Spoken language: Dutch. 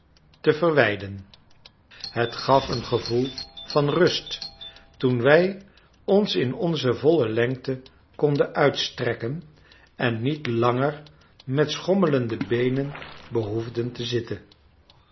te verwijden het gaf een gevoel van rust toen wij ons in onze volle lengte konden uitstrekken en niet langer met schommelende beenen behoefden te zitten